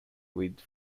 with